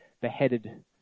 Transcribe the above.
beheaded